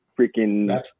freaking